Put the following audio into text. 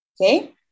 Okay